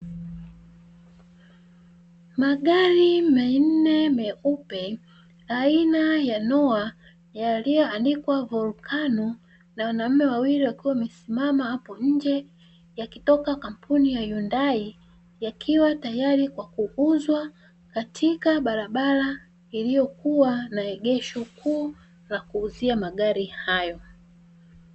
Magari manne meupe aina ya noah yaliyoandikwa volcano na wanaume wawili wakiwa wamesimama hapo nje, yakitoka kampuni ya hyundai yakiwa tayari kwa kuuzwa katika barabara iliokuwa na egesho kuu la kuuzia magari hayo.